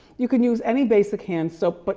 you can use any basic hand soap, but